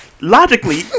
Logically